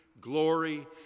Glory